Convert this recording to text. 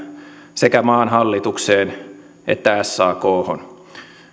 sekä maan hallitukseen että sakhon